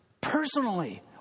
personally